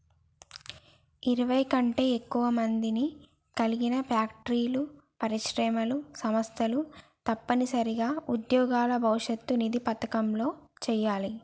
ఇరవై కంటే ఎక్కువ మందిని కలిగి ఫ్యాక్టరీలు పరిశ్రమలు సంస్థలు తప్పనిసరిగా ఉద్యోగుల భవిష్యత్ నిధి పథకంలో చేయాలి